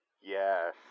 yes